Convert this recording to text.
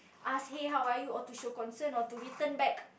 ask hey how are you or to show concern or to return back